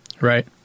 Right